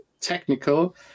technical